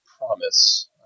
promise